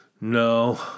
No